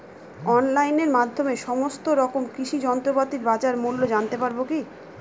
অনলাইনের মাধ্যমে সমস্ত রকম কৃষি যন্ত্রপাতির বাজার মূল্য জানতে পারবো কি?